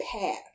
path